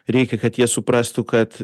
reikia kad jie suprastų kad